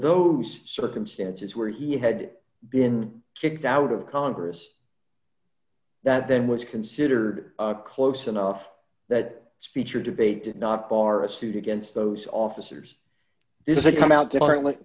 those circumstances where he had been kicked out of congress that then was considered close enough that speech or debate did not bar a suit against those officers this is a come out differently